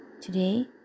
today